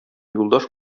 юлдаш